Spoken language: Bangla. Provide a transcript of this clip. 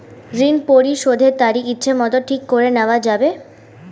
ঋণ পরিশোধের তারিখ ইচ্ছামত ঠিক করে নেওয়া যাবে?